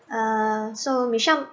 uh so michelle